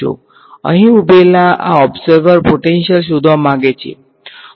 અહીં ઊભેલા આ ઓબ્ઝર્વર પોટેંશીયલ શોધવા માંગે છે